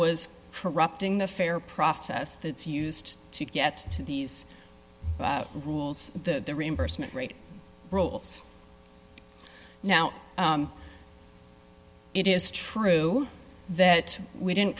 was corrupting the fair process that's used to get to these rules the reimbursement rate rules now it is true that we didn't